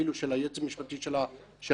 אפילו של היועץ המשפטי של הוועדה,